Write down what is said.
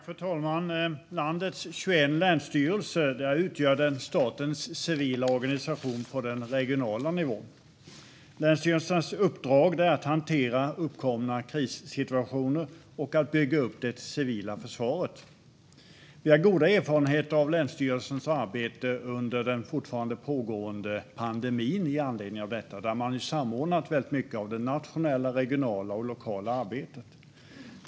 Fru talman! Landets 21 länsstyrelser utgör statens civila organisation på den regionala nivån. Länsstyrelsens uppdrag är att hantera uppkomna krissituationer och att bygga upp det civila försvaret. Vi har goda erfarenheter av länsstyrelsens arbete under den fortfarande pågående pandemin, då man med anledning av den har samordnat mycket av det nationella, regionala och lokala arbetet.